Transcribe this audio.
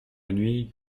nuit